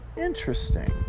Interesting